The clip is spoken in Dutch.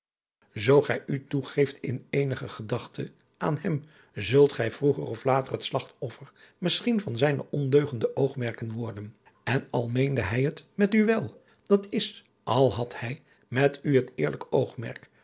zoo gij u toegeeft in eenige gedachte aan hem zult gij vroeger of later het slagtoffer misschien van zijne ondeugende oogmerken worden en al meende hij het met u wel dat is al had hij met u het eerlijk oogmerk